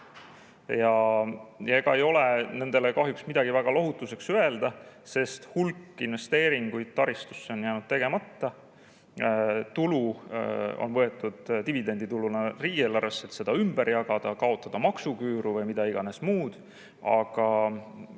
Ja ega ei ole nendele kahjuks midagi väga lohutuseks öelda, sest hulk investeeringuid taristusse on jäänud tegemata. Tulu on võetud dividendituluna riigieelarvesse, et seda ümber jagada, kaotada maksuküüru või mida iganes muud, aga